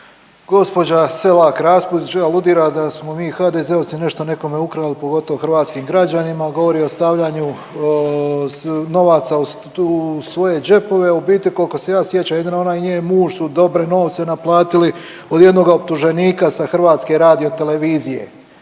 Gđa Selak Raspudić aludira da smo mi HDZ-ovci nešto nekome ukrali, pogotovo hrvatskim građanima. Govori o stavljanju novaca u svoje džepove, u biti, koliko se ja sjećam jedino ona i njen muž su dobre novce naplatili od jednoga optuženika sa HRT-a i stoga takve